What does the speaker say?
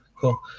Cool